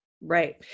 right